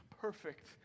perfect